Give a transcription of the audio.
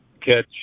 catch